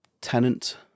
tenant